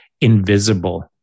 invisible